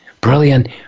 Brilliant